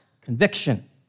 Conviction